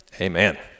amen